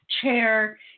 chair